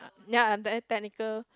then I very technical